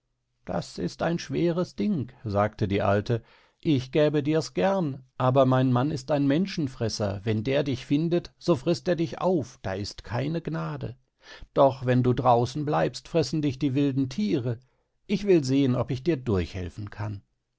das ist ein schweres ding sagte die alte ich gäbe dirs gern aber mein mann ist ein menschenfresser wenn der dich findet so frißt er dich auf da ist keine gnade doch wenn du draußen bleibst fressen dich die wilden thiere ich will sehen ob ich dir durchhelfen kann